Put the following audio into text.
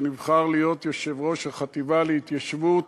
שנבחר להיות יושב-ראש החטיבה להתיישבות,